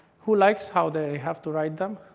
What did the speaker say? who likes how they have to write them?